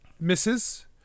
Misses